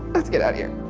let's get outta here.